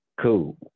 cool